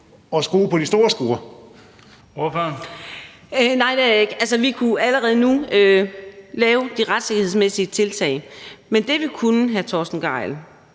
Karina Adsbøl (DF): Nej, det er jeg ikke. Altså, vi kunne allerede nu lave de rettighedsmæssige tiltag. Men det, vi kunne gøre, hr. Torsten Gejl